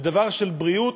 בדבר של בריאות,